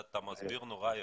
אתה מסביר נורא יפה,